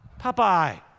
Popeye